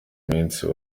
munsi